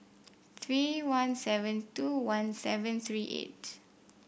three one seven two one seven three eight